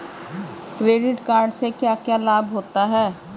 Credit card से क्या क्या लाभ होता है?